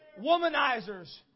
Womanizers